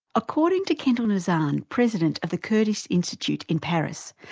according to kendal nazan, president of the kurdish institute in paris,